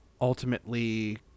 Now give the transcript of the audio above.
ultimately